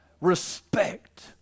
respect